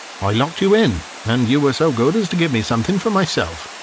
i locked you in, and you were so good as to give me something for myself.